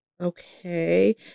okay